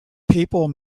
people